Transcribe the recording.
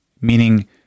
meaning